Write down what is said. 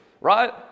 right